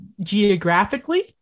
geographically